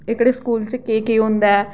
एह्कड़े स्कूल च केह् केह् होंदा ऐ